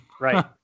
Right